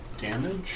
damage